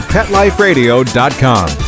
PetLifeRadio.com